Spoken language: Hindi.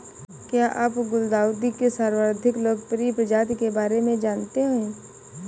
क्या आप गुलदाउदी के सर्वाधिक लोकप्रिय प्रजाति के बारे में जानते हैं?